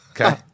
Okay